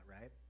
right